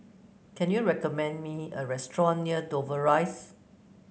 can you recommend me a restaurant near Dover Rise